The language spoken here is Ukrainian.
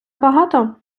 багато